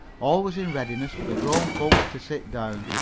all was in readiness for the grown folks to sit down.